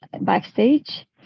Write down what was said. Backstage